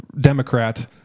Democrat